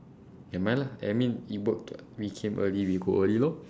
never mind lah I mean it worked what we came early we go early lor